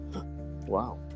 wow